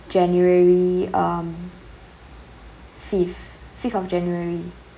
january um fifth fifth of january